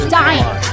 dying